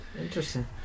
Interesting